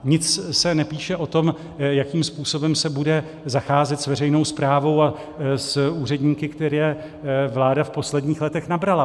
Nic se nepíše o tom, jakým způsobem se bude zacházet s veřejnou správou a s úředníky, které vláda v posledních letech nabrala.